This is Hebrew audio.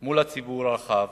עם הציבור הרחב,